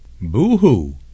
Boo-hoo